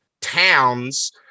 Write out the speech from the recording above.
towns